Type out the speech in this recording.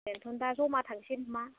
बेनोथ' दा जमा थांसै नामा